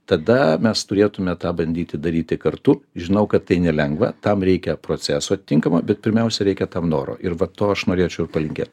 tada mes turėtume tą bandyti daryti kartu žinau kad tai nelengva tam reikia proceso tinkamo bet pirmiausia reikia tam noro ir va to aš norėčiau palinkėt